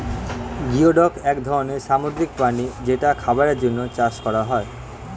geoduck এক ধরনের সামুদ্রিক প্রাণী যেটা খাবারের জন্যে চাষ করা হয়